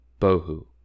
Bohu